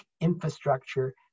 infrastructure